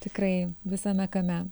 tikrai visame kame